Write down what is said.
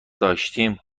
داشتیم